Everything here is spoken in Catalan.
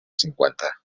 cinquanta